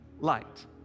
light